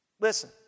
Listen